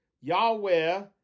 Yahweh